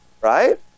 right